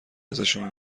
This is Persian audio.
ازشون